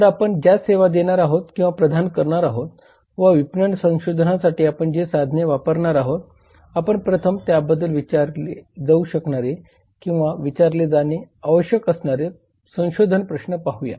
तर आपण ज्या सेवा देणार आहोत किंवा प्रदान करणार आहोत व विपणन संशोधनासाठी आपण जे साधने वापरणार आहोत आपण प्रथम त्याबद्दल विचारले जाऊ शकणारे किंवा विचारले जाणे आवश्यक असणारे संशोधन प्रश्न पाहूया